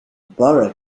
borough